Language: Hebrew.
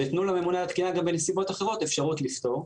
ותנו לממונה על התקינה גם בנסיבות אחרות אפשרות לפטור.